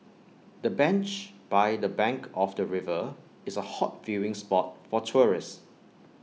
the bench by the bank of the river is A hot viewing spot for tourists